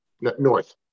North